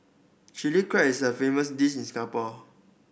Chilli Crab is a famous dish in Singapore